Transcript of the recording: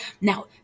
now